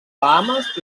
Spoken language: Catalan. bahames